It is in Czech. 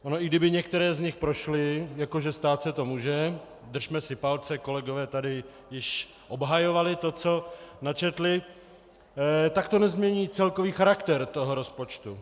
Ono i kdyby některé z nich prošly, jako že stát se to může, držme si palce, kolegové tady již obhajovali to, co načetli, tak to nezmění celkový charakter rozpočtu.